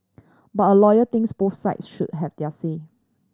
but a lawyer thinks both side should have their say